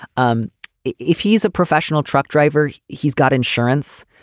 um if he's a professional truck driver, he's got insurance.